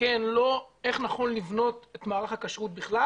כן או לא, איך נכון לבנות את מערך הכשרות בכלל.